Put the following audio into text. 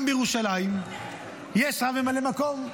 גם בירושלים יש ממלא מקום.